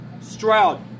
Stroud